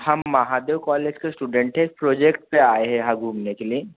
हम महादेव कॉलेज के स्टूडेन्ट हैं प्रोजेक्ट पर आए हैं यहाँ घूमने के लिए